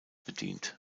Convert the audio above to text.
bedient